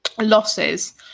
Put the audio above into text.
losses